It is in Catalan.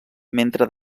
mentre